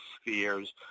spheres